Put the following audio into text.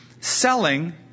selling